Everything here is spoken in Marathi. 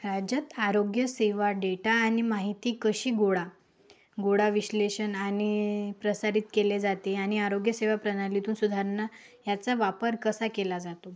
राज्यात आरोग्य सेवा डेटा आणि माहिती कशी गोळा गोळा विश्लेषण आणि प्रसारित केली जाते आणि आरोग्य सेवा प्रणालीतून सुधारणा ह्याचा वापर कसा केला जातो